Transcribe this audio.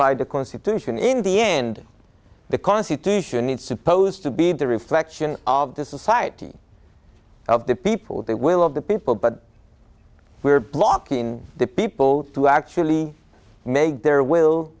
by the constitution in the end the constitution needs supposed to be the reflection of the society of the people that will of the people but we are blocking the people to actually make their will